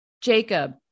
Jacob